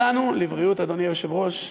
אל לנו, לבריאות, אדוני היושב-ראש.